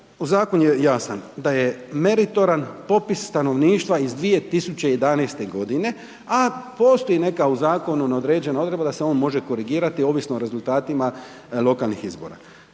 zakon je jasan da je meritoran popis stanovništva iz 2011. godine, a postoji neka u zakonu neodređena odredba da se on može korigirati ovisno o rezultatima lokalnih izbor,